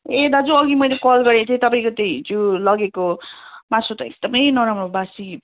ए दाजु अघि मैले कल गरेको थिएँ तपाईँको त्यो हिजो लगेको मासु त एकदमै नराम्रो बासी